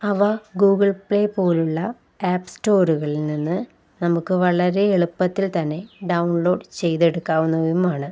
അവ Google Play പോലുള്ള app സ്റ്റോറുകളിൽ നിന്നു നമുക്കു വളരെ എളുപ്പത്തിൽ തന്നെ ഡൗൺലോഡ് ചെയ്തെടുക്കാവുന്നവയുമാണ്